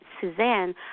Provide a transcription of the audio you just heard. Suzanne